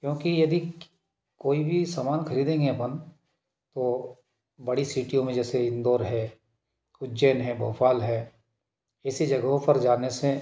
क्योंकि यदि कोई भी सामान खरीदेंगे अपन तो बड़ी सिटीयों में जैसे इंदौर है उज्जैन है भोपाल है इसी जगहों पर जाने से